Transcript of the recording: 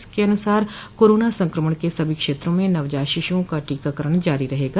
इसके अनुसार कोरोना संक्रमण के सभी क्षेत्रों में नवजात शिशुओं का टीकाकरण जारी रहेगा